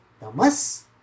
tamas